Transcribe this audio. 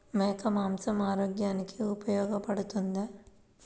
మేక మాంసం ఆరోగ్యానికి ఉపయోగపడుతుందా?